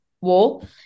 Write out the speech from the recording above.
wall